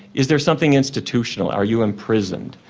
is there something institutional, are you imprisoned,